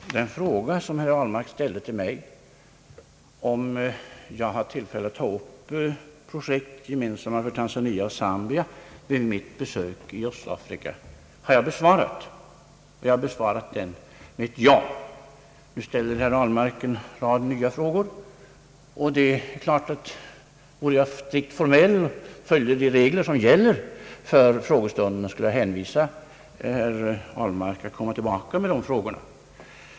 Herr talman! Den fråga som herr Ahlmark ställde till mig — om jag hade tillfälle att ta upp projekt gemensamma för Tanzania och Zambia vid mitt besök i Östafrika — har jag besvarat. Jag har besvarat den med ett »ja». Nu ställer herr Ahlmark en rad nya frågor. Om jag vore strikt formell och följde de regler som gäller för frågestunderna, skulle jag hänvisa herr Ahlmark till att komma tillbaka med dessa frågor.